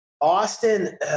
Austin